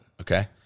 Okay